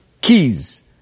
keys